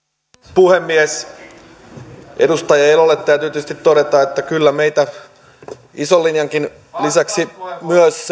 puhemies edustaja elolle täytyy tietysti todeta että kyllä meitä ison linjan lisäksi myös